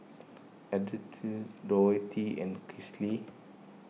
Dorthea and Kinsley